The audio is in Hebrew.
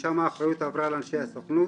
משם האחריות עברה לאנשי הסוכנות